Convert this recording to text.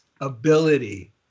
ability